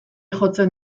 jotzen